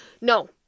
no